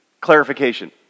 clarification